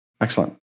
Excellent